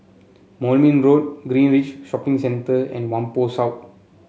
Moulmein Road Greenridge Shopping Centre and Whampoa South